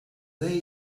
they